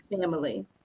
family